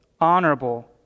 honorable